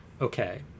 okay